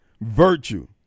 virtue